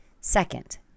Second